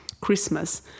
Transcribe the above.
Christmas